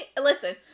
Listen